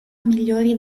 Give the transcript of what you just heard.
migliori